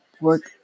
work